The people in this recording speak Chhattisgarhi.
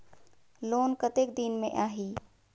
लोन कतेक दिन मे आही?